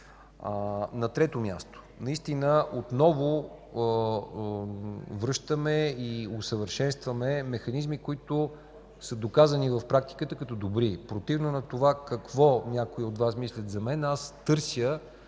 На трето място, отново връщаме и усъвършенстваме механизми, които са доказани в практиката като добри. Противно на това какво някои от Вас мислят за мен, аз търся